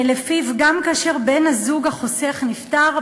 שלפיו גם כאשר בן-הזוג החוסך נפטר,